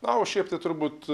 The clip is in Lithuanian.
na o šiaip tai turbūt